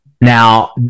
Now